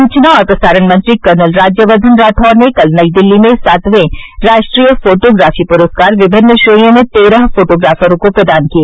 सूचना और प्रसारण मंत्री कर्नल राज्यवर्धन राठौड़ ने कल नई दिल्ली में सातवें राष्ट्रीय फोटोग्राफी पुरस्कार विभिन्न श्रेणियों में तेरह फोटोग्राफरों को प्रदान किए